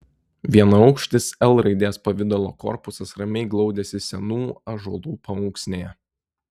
vienaukštis l raidės pavidalo korpusas ramiai glaudėsi senų ąžuolų paunksnėje